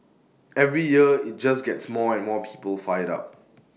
every year IT just gets more and more people fired up